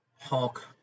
Hulk